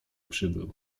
przybył